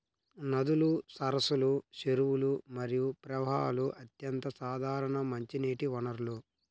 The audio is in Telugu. నదులు, సరస్సులు, చెరువులు మరియు ప్రవాహాలు అత్యంత సాధారణ మంచినీటి వనరులు